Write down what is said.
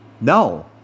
No